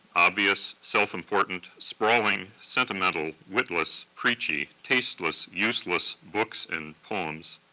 obvious, self-important, sprawling, sentimental, witless, preachy, tasteless, useless books and poems,